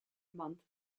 month